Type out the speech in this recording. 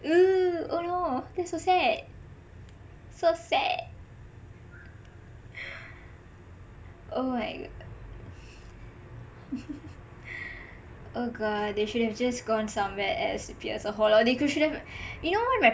no no no oh no that's so sad so sad oh my oh god they should have just gone somewhere else to pierce a hole or could should have you know what